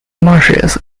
marshes